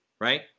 right